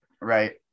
Right